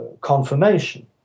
confirmation